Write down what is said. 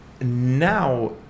Now